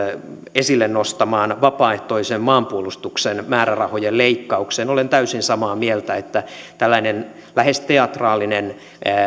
esille nostamaan näkemykseen vapaaehtoisen maanpuolustuksen määrärahojen leikkauksesta olen täysin samaa mieltä että tällaisessa lähes teatraalisessa